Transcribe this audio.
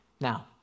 Now